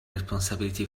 responsibility